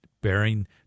bearing